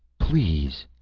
please.